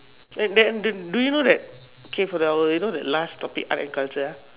that that that do you know that okay for the last topic art and culture